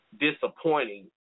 disappointing